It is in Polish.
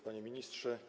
Panie Ministrze!